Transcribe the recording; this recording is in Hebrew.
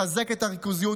מחזק את הריכוזיות,